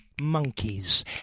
monkeys